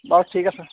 বাৰু ঠিক আছে